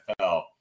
NFL